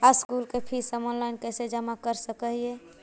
School के fees हम online कैसे जमा कर सक हिय?